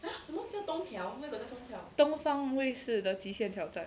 东方卫视的极限挑战